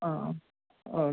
ആ ഓ